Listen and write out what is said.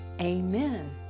amen